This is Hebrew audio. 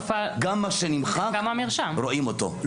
גם מה שנמחק, רואים אותו ונשקל.